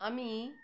আমি